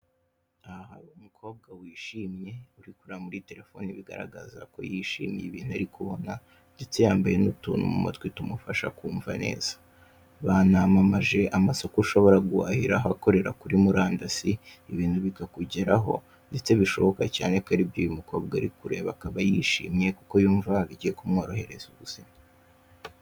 Aha hari umukobwa wishyimye, uri kureba muri telefoni bigaragaza ko yishimiye ibintu ari kubona, ndetse yambaye n'utuntu mu matwi tumufasha kumva neza. Banamamaje amasoko ushobora guhahiraho, akorera kuri murandasi, ibintu bikakugeraho. Ndetse bishoboka cyane ko ari ibyo uyu mukobwa ari kureba akaba yishimye, kuko yumva ko bigiye kumworohereza ubuzima.